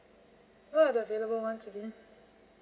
what are the available once again